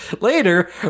later